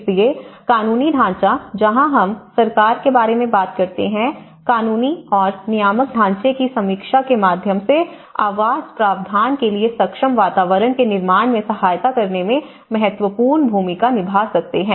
इसलिए कानूनी ढांचा जहां हम सरकार के बारे में बात करते हैं कानूनी और नियामक ढांचे की समीक्षा के माध्यम से आवास प्रावधान के लिए सक्षम वातावरण के निर्माण में सहायता करने में महत्वपूर्ण भूमिका निभा सकते हैं